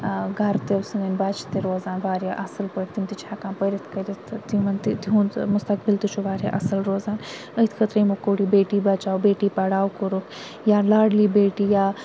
گَرٕ تہٕ سٲنٛۍ بَچہِ تہِ روزان واریاہ اصل پٲٹھۍ تِم تہِ چھِ ہیٚکان پٔرِتھ کٔرِتھ تہٕ تِمن تہِ تہُنٛد مُستَقبل تہِ چھُ واریاہ اصل روزان أتھۍ خٲطرٕ یِمو کوٚڑ یہِ بیٹی بَچاو بیٹی پَڑھاو کوٚرُکھ یا لاڈلی بیٹی یا